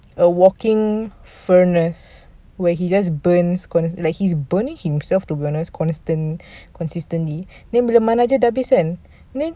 a working furnace where he just burn cons~ like he's burning himself to furnace constant consistently then bila mana dia habis kan then